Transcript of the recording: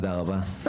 תודה רבה.